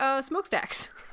smokestacks